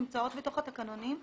נמצאות בתוך התקנונים,